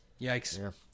Yikes